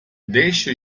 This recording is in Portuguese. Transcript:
deixe